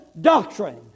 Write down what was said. Doctrine